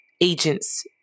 agents